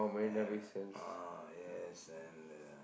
and ah yes and the